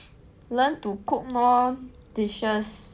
learn to cook more dishes